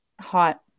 Hot